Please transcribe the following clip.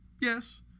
Yes